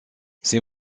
ces